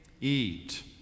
eat